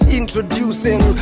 introducing